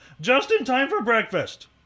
just-in-time-for-breakfast